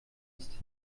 ist